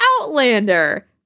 Outlander